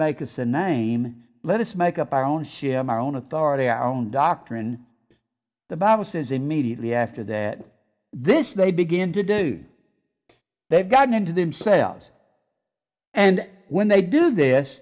make us a name let us make up our own c m our own authority our own doctrine the bible says immediately after that this they begin to do they've gotten into themselves and when they do this